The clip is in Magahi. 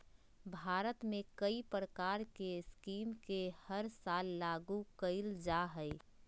भारत में कई प्रकार के स्कीम के हर साल लागू कईल जा हइ